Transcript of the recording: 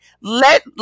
let